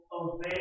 obey